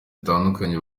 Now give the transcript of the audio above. zitandukanye